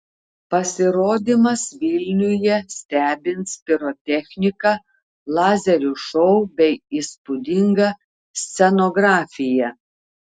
pasirodymas vilniuje stebins pirotechnika lazerių šou bei įspūdinga scenografija